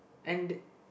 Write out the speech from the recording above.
and